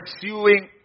pursuing